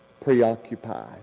Preoccupied